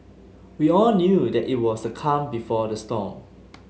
we all knew that it was the calm before the storm